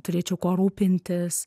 turėčiau kuo rūpintis